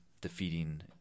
defeating